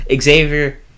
Xavier